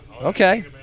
Okay